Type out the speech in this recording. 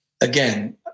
Again